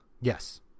Yes